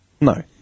No